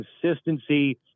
consistency